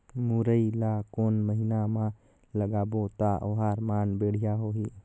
मुरई ला कोन महीना मा लगाबो ता ओहार मान बेडिया होही?